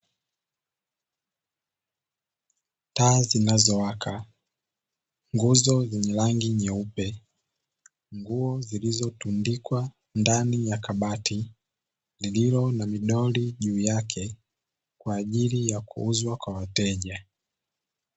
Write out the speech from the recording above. Taa zinazowaka, nguzo zenye rangi nyeupe, nguo zilizotundikwa ndani ya kabati lililo na midoli juu yake kwa ajili ya kuuzwa kwa wateja.